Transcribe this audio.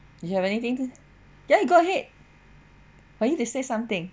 you have anything to ya go ahead for you to say something